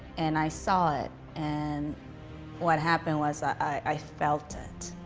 and i saw it, and what happened was, i felt it.